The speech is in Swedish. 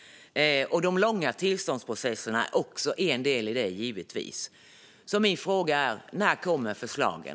De långa tillståndsprocesserna är givetvis också en del i detta. Min fråga är därför: När kommer förslagen?